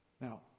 Now